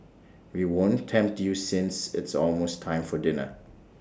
we won't tempt you since it's almost time for dinner